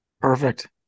Perfect